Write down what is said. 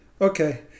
Okay